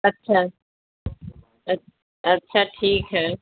اچھا اچھا اچھا ٹھیک ہے